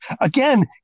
again